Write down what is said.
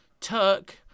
Turk